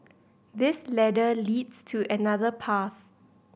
this ladder leads to another path